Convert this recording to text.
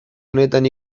honetan